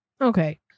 Okay